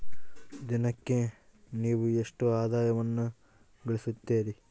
ದಿನಕ್ಕೆ ನೇವು ಎಷ್ಟು ಆದಾಯವನ್ನು ಗಳಿಸುತ್ತೇರಿ?